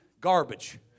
garbage